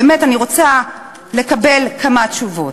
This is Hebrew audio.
באמת אני רוצה לקבל כמה תשובות.